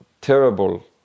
terrible